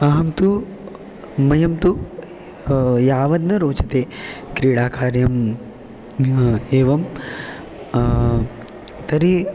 अहं तु मह्यं तु यावत् न रोचते क्रीडाकार्यम् एवं तर्हि